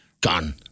Gone